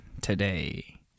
today